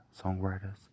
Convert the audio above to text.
Songwriters